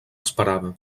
esperava